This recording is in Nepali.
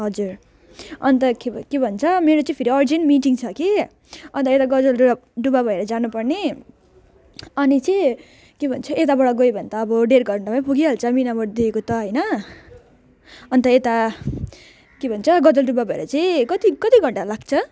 हजुर अन्तखेर के भन्छ मेरो चाहिँ फेरि अर्जेन्ट मिटिङ छ कि अन्त यता गजलडु डुबा भएर जान पर्ने अनि चाहिँ के भन्छ यताबाट गयो भने त अब डेढ घन्टामै पुगिहाल्छ मिनामोडदेखिको त होइन अन्त यता के भन्छ गजलडुबा भएर चाहिँ कति कति घन्टा लाग्छ